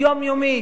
יומיומית,